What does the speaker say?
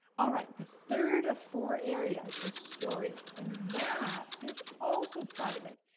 all right, the third of four areas, is stories. and that is also private.